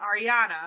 ariana